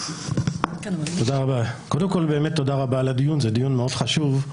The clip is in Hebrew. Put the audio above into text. תודה רבה על הדיון, זה דיון מאוד חשוב.